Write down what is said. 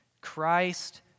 Christ